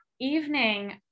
Evening